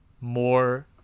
More